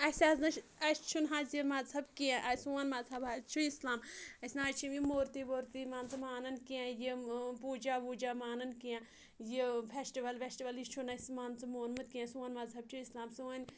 اَسہِ حظ نہٕ اَسہِ چھُنہٕ حظ یہِ مَذہب کینٛہہ اَسہِ سون مَذہب حظ چھُ اِسلام اسہِ نہ حظ چھِ یِم موٗرتی ووٗرتی مان ژٕ مانان کینٛہہ یِم پوٗجا ووٗجا مانان کینٛہہ یہِ فَیسٹِوَل وَیسٹِول یہِ چھُنہٕ اَسہِ مان ژٕ مونٛمُت کینٛہہ سون مَذہب چھُ اِسلام سٲنۍ